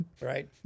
right